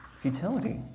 futility